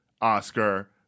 Oscar